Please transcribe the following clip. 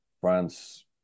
France